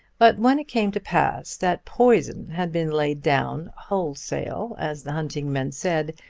but when it came to pass that poison had been laid down, wholesale as the hunting men said,